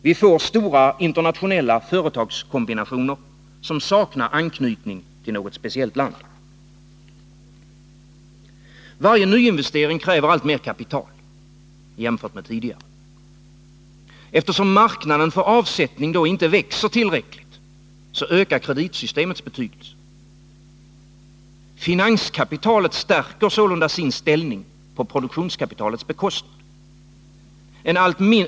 Vi får stora internationella företagskombinationer som saknar anknytning till något speciellt land. Varje nyinvestering kräver alltmer kapital jämfört med tidigare. Eftersom marknaden för avsättning inte växer tillräckligt ökar kreditsystemets betydelse. Finanskapitalet stärker sålunda sin ställning på produktionskapitalets bekostnad.